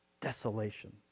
Desolation